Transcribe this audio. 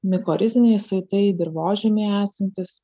mikoriziniai saitai dirvožemyje esantys